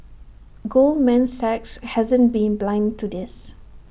Goldman Sachs hasn't been blind to this